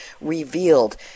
revealed